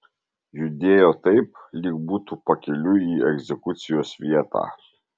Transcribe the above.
judėjo taip lyg būtų pakeliui į egzekucijos vietą